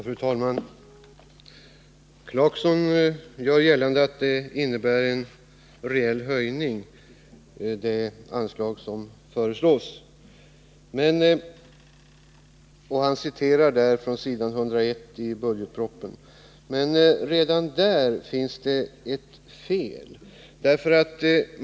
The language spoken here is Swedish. Fru talman! Rolf Clarkson vill göra gällande att det anslag som föreslås innebär en reell höjning, och han citerar från s. 101 i budgetpropositionen. Men redan där finns det ett fel.